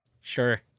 Sure